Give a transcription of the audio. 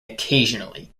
occasionally